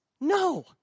no